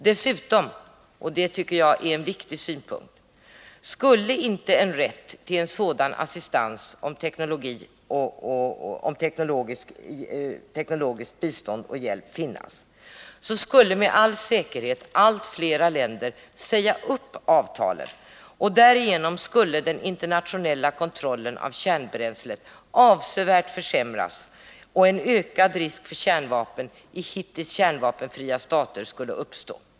Dessutom, och det tycker jag är en viktig synpunkt: Skulle inte en rätt till en sådan assistans med teknologiskt bistånd och teknologisk hjälp finnas, skulle med all säkerhet allt flera länder säga upp avtalen, och därigenom skulle den internationella kontrollen av kärnbränsle avsevärt försämras och en ökning av risken för spridning av kärnvapen till hittills kärnvapenfria stater uppstå.